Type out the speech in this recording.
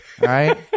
right